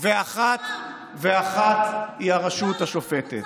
ואחת היא הרשות השופטת.